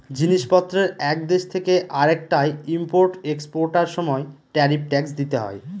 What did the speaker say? জিনিস পত্রের এক দেশ থেকে আরেকটায় ইম্পোর্ট এক্সপোর্টার সময় ট্যারিফ ট্যাক্স দিতে হয়